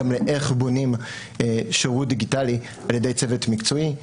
גם לאיך בונים שירות דיגיטלי על ידי צוות מקצועי.